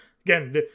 Again